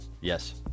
Yes